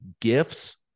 gifts